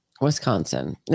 Wisconsin